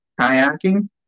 kayaking